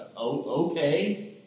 okay